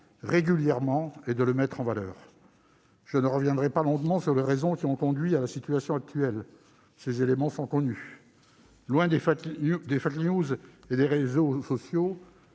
engagement et de le mettre en valeur. Je ne reviendrai pas longuement sur les raisons qui ont conduit à la situation actuelle. Ces éléments sont connus. Loin des et des réseaux sociaux,